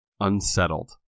unsettled